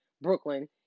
Brooklyn